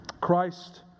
Christ